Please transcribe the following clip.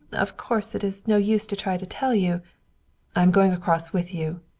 of course it is no use to try to tell you i am going across with you.